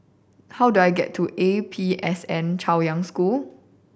how do I get to A P S N Chaoyang School